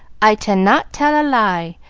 i tannot tell a lie.